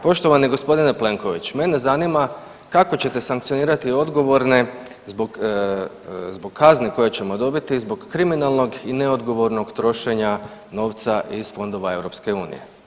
Poštovani gospodine Plenkoviću, mene zanima kako ćete sankcionirati odgovorne zbog, zbog kazne koje ćemo dobiti zbog kriminalnog i neodgovornog trošenja novca iz fondova EU.